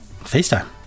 FaceTime